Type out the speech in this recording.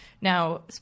now